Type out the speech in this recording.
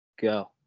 go